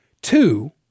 Two